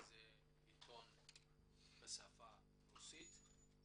עיתון בשפה הרוסית.